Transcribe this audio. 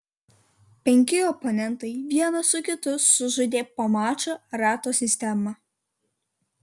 penki oponentai vienas su kitu sužaidė po mačą rato sistema